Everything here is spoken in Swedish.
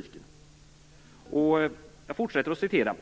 I fortsättningen